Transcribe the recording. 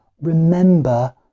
remember